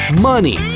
Money